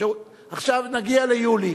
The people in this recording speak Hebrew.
עכשיו נגיע ליולי.